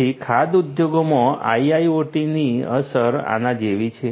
તેથી ખાદ્ય ઉદ્યોગમાં IIoT ની અસર આના જેવી છે